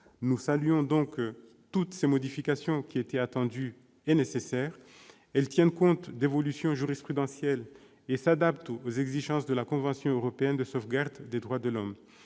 Nous saluons donc toutes ces modifications qui étaient attendues et nécessaires. Elles tiennent compte d'évolutions jurisprudentielles et s'adaptent aux exigences de la convention européenne de sauvegarde des droits de l'homme